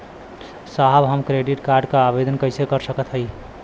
साहब हम credit card क आवेदन कइसे कर सकत हई?